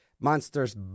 monsters